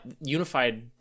unified